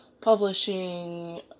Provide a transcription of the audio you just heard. publishing